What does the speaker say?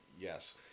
Yes